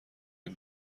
این